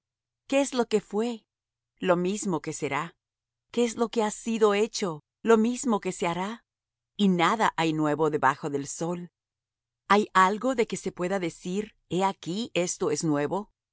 qué es lo que fué lo mismo que será qué es lo que ha sido hecho lo mismo que se hará y nada hay nuevo debajo del sol hay algo de que se pueda decir he aquí esto es nuevo